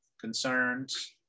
Concerns